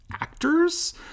actors